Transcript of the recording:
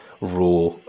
raw